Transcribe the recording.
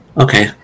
Okay